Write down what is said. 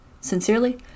sincerely